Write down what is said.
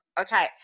Okay